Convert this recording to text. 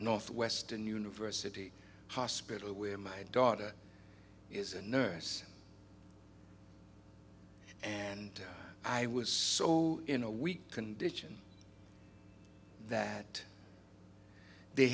northwestern university hospital where my daughter is a nurse and i was so in a weak condition that they